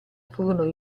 furono